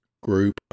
group